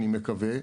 אני מקווה,